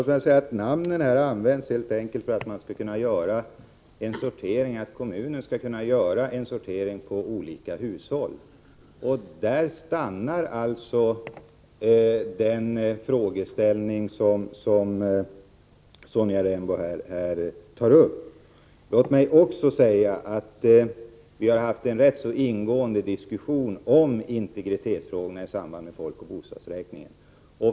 Herr talman! Namnen används helt enkelt för att kommunerna skall kunna göra en sortering på olika hushåll. Där stannar alltså den frågeställning som Sonja Rembo tar upp. Vi har haft en rätt ingående diskussion om integritetsfrågorna i samband med folkoch bostadsräkningen.